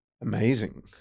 Amazing